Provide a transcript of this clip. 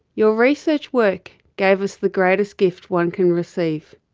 your research work gave us the greatest gift one can receive.